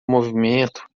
movimento